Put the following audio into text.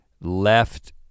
left